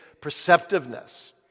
perceptiveness